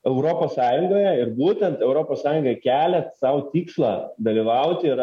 europos sąjungoje ir būtent europos sąjunga keliat sau tikslą dalyvauti yra